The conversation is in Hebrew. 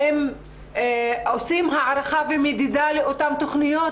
האם עושים הערכה ומדידה לאותן תכוניות,